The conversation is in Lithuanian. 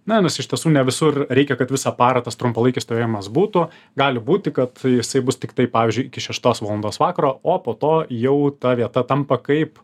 na nes iš tiesų ne visur reikia kad visą parą tas trumpalaikis stovėjimas būtų gali būti kad jisai bus tiktai pavyzdžiui iki šeštos valandos vakaro o po to jau ta vieta tampa kaip